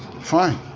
Fine